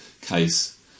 case